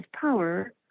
power